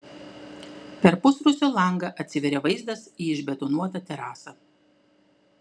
per pusrūsio langą atsiveria vaizdas į išbetonuotą terasą